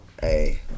Hey